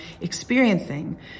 experiencing